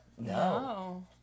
No